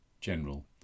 general